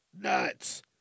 Nuts